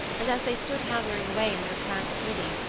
and as they stood hammering away in their cramped smithy,